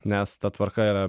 nes ta tvarka yra